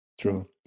true